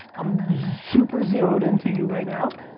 i'm super zeroed into you right now.